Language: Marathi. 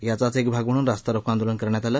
याचाच एक भाग म्हणून रस्ता रोको आंदोलन करण्यात आलं